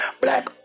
black